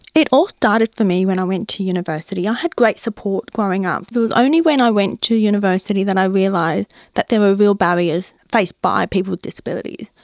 it all started for me when i went to university. i had great support growing up. it was only when i went to university that i realised that there were real barriers faced by people with disabilities.